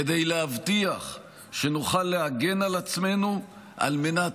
כדי להבטיח שנוכל להגן על עצמנו על מנת